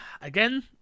Again